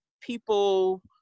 people